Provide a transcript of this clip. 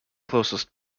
closest